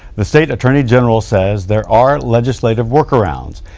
the state attorney general says there are legislative work arounds.